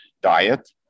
diet